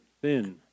thin